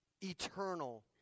eternal